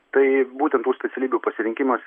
tai būtent tų specialybių pasirinkimas